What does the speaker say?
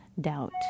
doubt